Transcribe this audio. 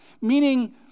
Meaning